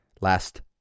Last